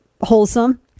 wholesome